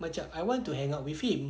macam I want to hang out with him